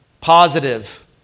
Positive